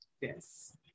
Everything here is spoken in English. Yes